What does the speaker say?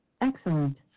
Excellent